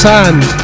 Sand